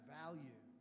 value